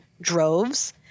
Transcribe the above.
droves